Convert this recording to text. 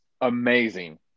amazing